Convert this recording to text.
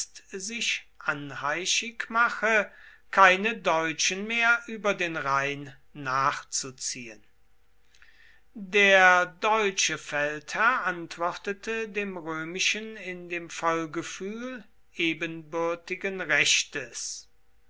sich anheischig mache keine deutschen mehr über den rhein nachzuziehen der deutsche feldherr antwortete dem römischen in dem vollgefühl ebenbürtigen rechtes